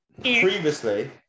previously